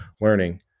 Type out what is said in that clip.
learning